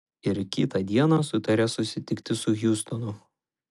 ir kitą dieną sutarė susitikti su hjustonu